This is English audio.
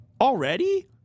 already